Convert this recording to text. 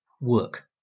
work